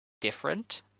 different